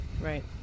Right